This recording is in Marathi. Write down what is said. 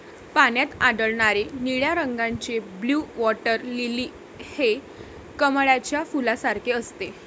पाण्यात आढळणारे निळ्या रंगाचे ब्लू वॉटर लिली हे कमळाच्या फुलासारखे असते